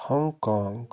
Hong Kong